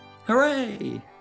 Hooray